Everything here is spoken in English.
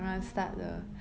orh